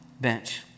bench